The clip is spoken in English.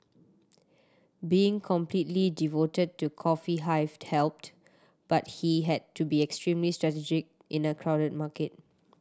being completely devoted to Coffee Hive helped but he had to be extremely strategic in a crowded market